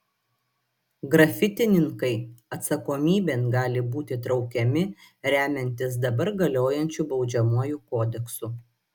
grafitininkai atsakomybėn gali būti traukiami remiantis dabar galiojančiu baudžiamuoju kodeksu